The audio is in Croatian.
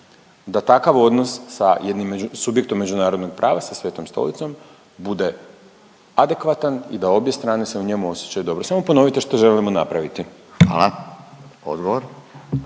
da takav odnos sa jednim subjektom međunarodnog prava, sa Svetom Stolicom, bude adekvatan i da obje strane se u njemu osjećaju dobro. Samo ponovite što želimo napraviti. **Radin,